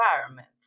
environment